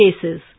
cases